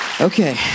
Okay